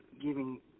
giving